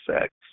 sex